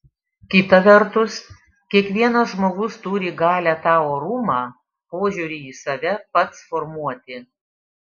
kita vertus kiekvienas žmogus turi galią tą orumą požiūrį į save pats formuoti